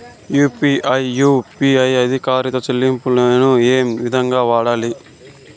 UPI U P I ఆధారిత చెల్లింపులు నేను ఏ విధంగా వాడాలి?